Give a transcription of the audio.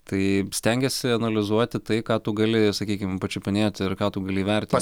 tai stengiesi analizuoti tai ką tu gali sakykim pačiupinėti ir ką tu gali įvertint